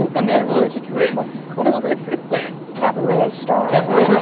and mean, i realize that you're co-moderator, but cabaret star? cabaret